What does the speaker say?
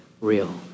real